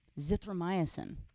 zithromycin